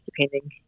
depending